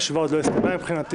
הישיבה עוד לא הסתיימה מבחינתי.